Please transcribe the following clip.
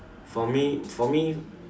for me for me